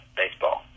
baseball